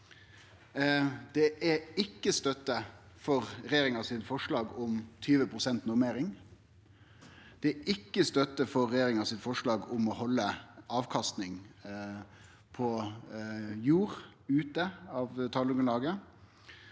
Det er ikkje støtte for regjeringa sitt forslag om 20 pst. normering. Det er ikkje støtte for regjeringa sitt forslag om å halde avkastning på jord ute av talgrunnlaget.